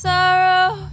Sorrow